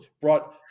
brought